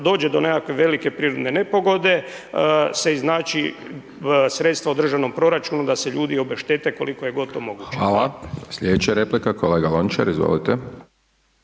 dođe do nekakve velike prirodne nepogode, se iznaći sredstva u državnom proračunu da se ljudi obeštete koliko god je to moguće. **Hajdaš Dončić, Siniša (SDP)** Hvala. Slijedeća replika, kolega Lončar, izvolite.